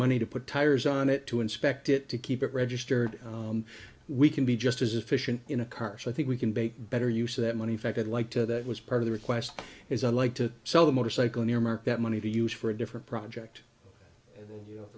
money to put tires on it to inspect it to keep it registered we can be just as efficient in a car so i think we can make better use of that money fact i'd like to that was part of the request is i like to sell the motorcycle an earmark that money to use for a different project